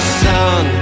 sun